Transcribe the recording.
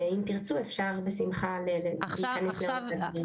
אם תרצו אפשר בשמחה להרחיב יותר על הדברים.